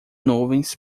nuvens